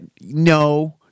no